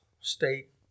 state